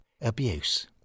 abuse